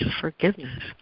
forgiveness